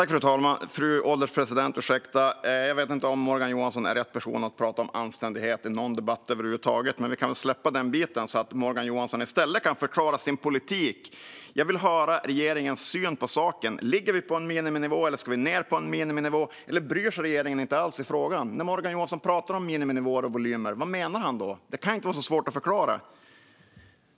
Fru ålderspresident! Jag vet inte om Morgan Johansson är rätt person att prata om anständighet i någon debatt över huvud taget. Men vi kan väl släppa den biten så att Morgan Johansson i stället kan förklara sin politik. Jag vill höra regeringens syn på saken: Ligger vi på en miniminivå, ska vi ned på en miniminivå eller bryr sig regeringen inte alls i frågan? Vad menar Morgan Johansson när han pratar om miniminivåer och volymer? Det kan inte vara så svårt att förklara.